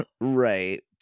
Right